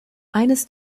eines